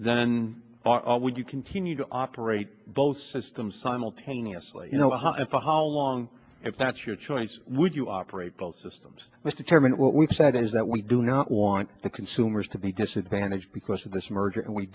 then all would you continue to operate both systems simultaneously if the whole long if that's your choice would you operate both systems must determine what we've said is that we do not want the consumers to be disadvantaged because of this merger and we